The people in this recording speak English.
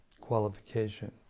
qualification